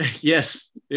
Yes